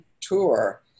tour